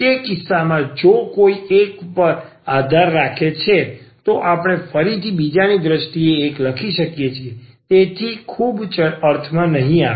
તે કિસ્સામાં કારણ કે જો કોઈ એક પર આધાર રાખે છે તો આપણે ફરીથી બીજાની દ્રષ્ટિએ એક લખી શકીએ છીએ તેથી આ ખૂબ અર્થમાં નહીં આવે